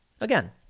Again